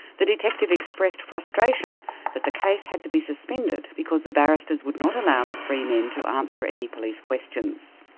the detective expressed frustration that the case had to be suspended because the barristers would not allow the three men to answer any police questions.